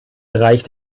bereich